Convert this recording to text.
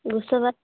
বুঝতে পা